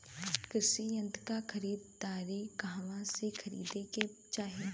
कृषि यंत्र क खरीदारी कहवा से खरीदे के चाही?